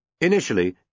Initially